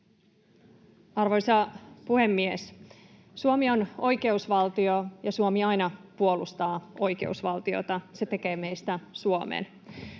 Arvoisa puhemies! Suomi on oikeusvaltio, ja Suomi aina puolustaa oikeusvaltiota. Se tekee meistä Suomen.